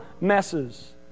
messes